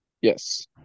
Yes